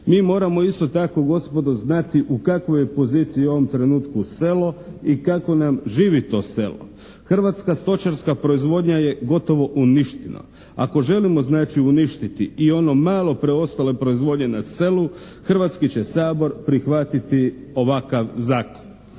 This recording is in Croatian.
Mi moramo isto tako gospodo znati u kakvoj je poziciji u ovom trenutku selo i kako nam živi to selo? Hrvatska stočarska proizvodnja je gotovo uništena. Ako želimo znači uništiti i ono malo preostale proizvodnje na selu Hrvatski će sabor prihvatiti ovakav zakon.